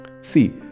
See